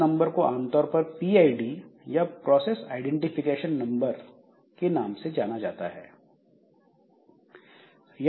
इस नंबर को आमतौर पर पीआईडी या प्रोसेस आईडेंटिफिकेशन नंबर के नाम से जाना जाता है